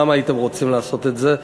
גם הייתם רוצים לעשות את זה.